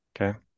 Okay